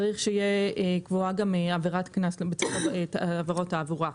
צריך שיהיה קבועה גם עבירת קנס --- עבירות תעבורה.